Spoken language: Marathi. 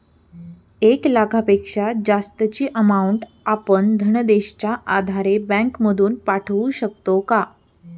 एक लाखापेक्षा जास्तची अमाउंट आपण धनादेशच्या आधारे बँक मधून पाठवू शकतो का?